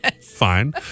Fine